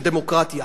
של דמוקרטיה.